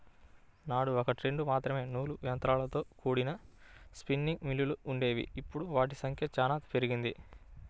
నాడు ఒకట్రెండు మాత్రమే నూలు యంత్రాలతో కూడిన స్పిన్నింగ్ మిల్లులు వుండేవి, ఇప్పుడు వాటి సంఖ్య చానా పెరిగింది